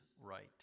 right